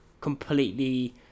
completely